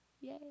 yay